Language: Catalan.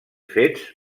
fets